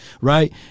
right